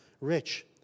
rich